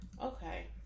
Okay